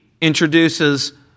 introduces